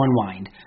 unwind